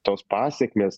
tos pasekmės